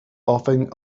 often